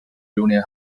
junior